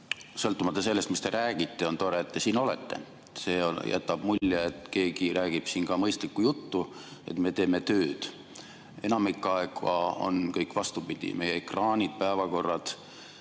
Sõltumata sellest, mis te räägite, on tore, et te siin olete. See jätab mulje, et keegi räägib siin ka mõistlikku juttu, et me teeme tööd. Enamik aega on kõik vastupidi, meie ekraanid, päevakorrad,